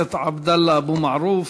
הכנסת עבדאללה אבו מערוף.